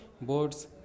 board's